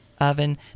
oven